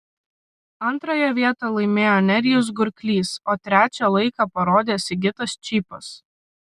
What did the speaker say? antrąją vietą laimėjo nerijus gurklys o trečią laiką parodė sigitas čypas